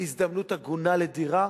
הזדמנות הגונה לדירה,